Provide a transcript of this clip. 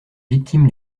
victime